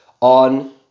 on